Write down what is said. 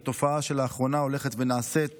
זו תופעה שלאחרונה הולכת ונעשית